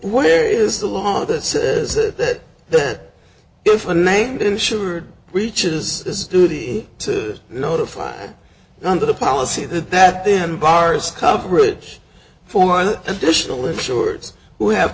where is the law that says that that if a named insured reaches duty to notify under the policy that that then bars coverage for the additional insurers who have